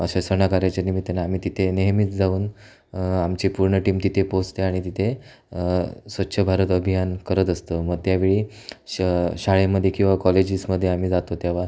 अशा सणाकार्याच्या निमित्ताने आम्ही तिथे नेहमीच जाऊन आमची पूर्ण टीम तिथे पोहोचते आणि तिथे स्वच्छ भारत अभियान करत असतं मग त्या वेळी श शाळेमध्ये किंवा कॉलेजेसमध्ये आम्ही जातो तेव्हा